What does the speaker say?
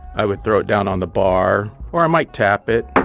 i would throw it down on the bar. or i might tap it